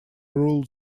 rule